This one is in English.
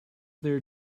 there